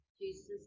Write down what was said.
Jesus